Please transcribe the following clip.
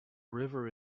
river